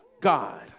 God